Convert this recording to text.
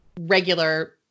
regular